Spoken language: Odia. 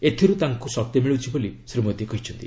ଏଥିରୁ ତାଙ୍କୁ ଶକ୍ତି ମିଳୁଛି ବୋଲି ଶ୍ରୀ ମୋଦି କହିଛନ୍ତି